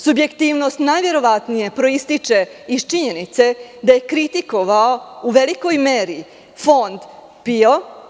Subjektivnost, najverovatnije proističe iz činjenice da je kritikovao u velikoj meri Fond PIO.